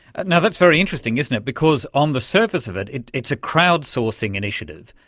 and that's very interesting, isn't it, because on the surface of it it it's a crowd-sourcing initiative,